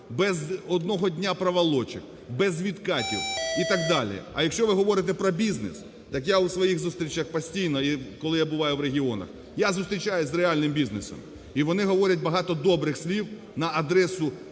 без одного дняпроволочок, безвідкатів і так далі. А якщо ви говорите про бізнес, так у своїх зустрічах постійно, і коли я буваю в регіонах, я зустрічаюсь з реальним бізнесом. І вони говорять багато добрих слів на адресу